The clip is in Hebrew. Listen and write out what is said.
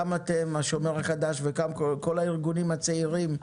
גם השומר החדש וגם כל הארגונים הצעירים,